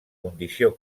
condició